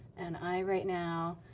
and i, right now,